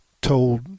told